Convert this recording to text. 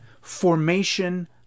Formation